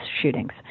shootings